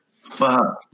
Fuck